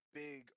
big